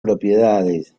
propiedades